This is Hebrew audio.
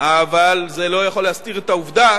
אבל זה לא יכול להסתיר את העובדה